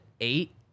eight